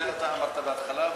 זה אתה אמרת בהתחלה,